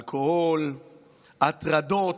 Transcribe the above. אלכוהול, הטרדות,